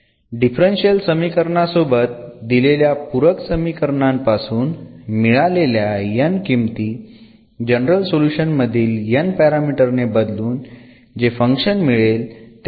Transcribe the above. differential समीकरणासोबत दिलेल्या पूरक समीकरणांपासून मिळालेल्या n किमती जनरल सोल्युशन मधील n पॅरामीटर ने बदलून जे फंक्शन मिळेल त्यास पर्टिकुलर सोल्युशन म्हणतात